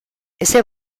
ese